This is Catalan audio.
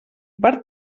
per